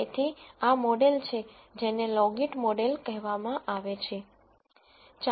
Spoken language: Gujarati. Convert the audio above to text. તેથી આ મોડેલ છે જેને લોગિટ મોડેલ કહેવામાં આવે છે